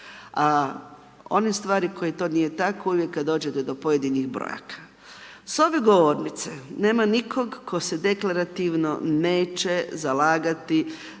a one stvari koje to nije tako uvijek kad dođete do pojedinih brojaka. S ove govornice nema nikog tko se deklarativno neće zalagati